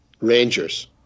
Rangers